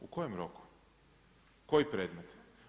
U kojem roku, koji predmet?